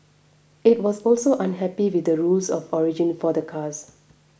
it was also unhappy with the rules of origin for cars